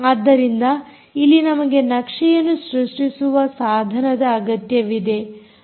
ಆದ್ದರಿಂದ ಇಲ್ಲಿ ನಮಗೆ ನಕ್ಷೆಯನ್ನು ಸೃಷ್ಟಿಸುವ ಸಾಧನದ ಅಗತ್ಯವಿದೆ